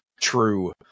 true